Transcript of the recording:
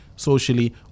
socially